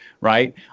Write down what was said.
right